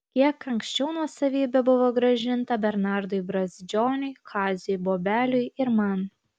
kiek anksčiau nuosavybė buvo grąžinta bernardui brazdžioniui kaziui bobeliui ir man